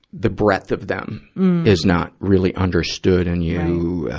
the breadth of them is not really understood. and you, ah,